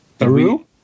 Aru